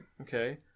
Okay